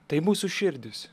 tai mūsų širdys